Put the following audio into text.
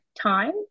time